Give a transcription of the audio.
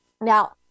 Now